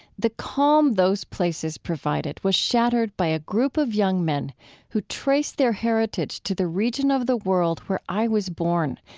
the calm those places provided was shattered by a group of young men who traced their heritage to the region of the world where i was born,